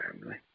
family